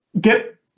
get